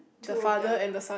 two of them